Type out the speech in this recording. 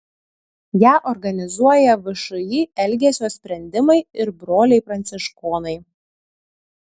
ją organizuoja všį elgesio sprendimai ir broliai pranciškonai